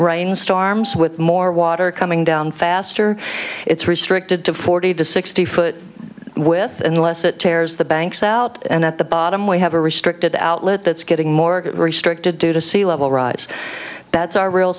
rainstorms with more water coming down faster it's restricted to forty to sixty foot with unless it tears the banks out and at the bottom we have a restricted outlet that's getting more restricted due to sea level rise that's our real